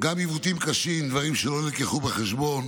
גם עיוותים קשים, דברים שלא נלקחו בחשבון